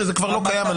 שזה כבר לא קיים.